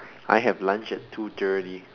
I have lunch at two thirty